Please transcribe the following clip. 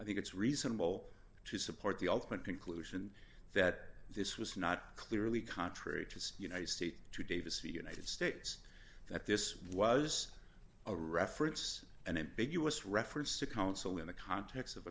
i think it's reasonable to support the ultimate conclusion that this was not clearly contrary to the united states to davis the united states that this was a reference an ambiguous reference to counsel in the context of